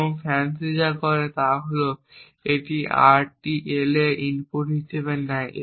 এবং FANCI যা করে তা হল এটি এই RTL কে ইনপুট হিসাবে নেয়